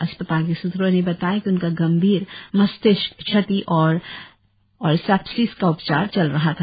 असपताल के सुत्रों ने बताया कि उनका गंभीर मस्तिषक क्षति और सेप्सिस का उपचार चल रहा था